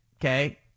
okay